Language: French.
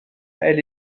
elle